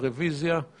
הצבעה בעד ההסתייגות